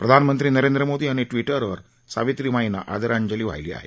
प्रधानमंत्री नरेंद्र मोदी यांनी ट्विटरवर सावित्रीमाईंना आदरांजली वाहिली आहे